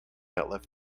outlive